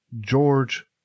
george